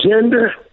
gender